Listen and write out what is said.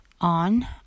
on